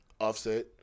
offset